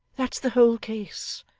that's the whole case.